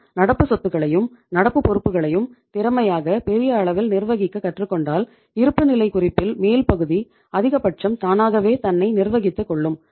நாம் நடப்பு சொத்துக்களையும் நடப்பு பொறுப்புகளையும் திறமையாக பெரிய அளவில் நிர்வகிக்க கற்றுக் கொண்டால் இருப்புநிலை குறிப்பில் மேல்பகுதி அதிகபட்சம் தானாகவே தன்னை நிர்வகித்துக் கொள்ளும்